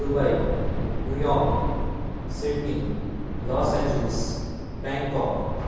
Dubai New York Sydney Los Angeles Bangkok